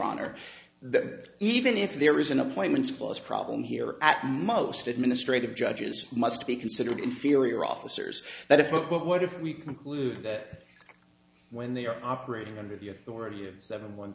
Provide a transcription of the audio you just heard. honor that even if there is an appointment supposed problem here or at most administrative judges must be considered inferior officers that if what what if we conclude that when they are operating under the authority of seven one